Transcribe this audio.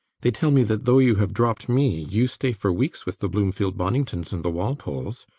they tell me that though you have dropped me, you stay for weeks with the bloomfield boningtons and the walpoles.